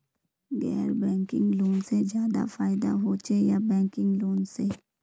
गैर banking loan से ज्यादा फायदा होचे या बैंकिंग लोन से?